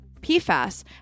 PFAS